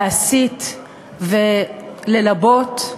להסית וללבות,